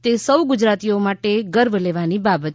તે સૌ ગુજરાતીઓ માટે ગર્વ લેવાની બાબત છે